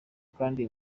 kandi